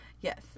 Yes